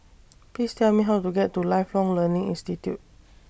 Please Tell Me How to get to Lifelong Learning Institute